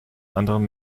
anderen